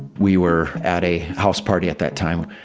we were at a house party at that time.